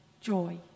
joy